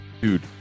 dude